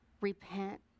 repent